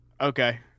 Okay